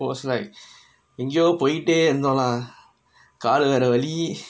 was like எங்கையோ போய்ட்டு இருந்தோலா கால் வேற வலி:engaiyo poittu iruntholaa kaal vera vali